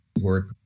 work